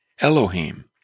Elohim